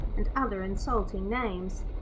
and other insulting names.